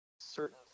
certain